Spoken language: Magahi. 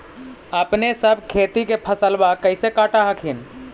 अपने सब खेती के फसलबा कैसे काट हखिन?